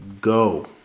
Go